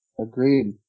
Agreed